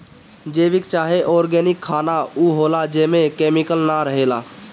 जैविक चाहे ऑर्गेनिक खाना उ होला जेमे केमिकल ना रहेला